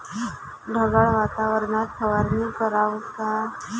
ढगाळ वातावरनात फवारनी कराव का?